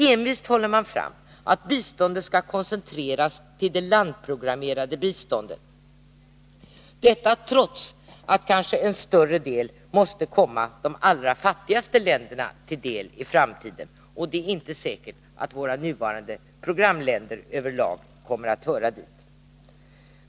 Envist håller man fram att biståndet skall koncentreras till det landprogrammerade biståndet — detta trots att kanske en större del måste komma de allra fattigaste länderna till del i framtiden. Och det är inte säkert att våra nuvarande programländer över lag kommer att höra dit.